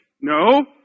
No